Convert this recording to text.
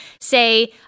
say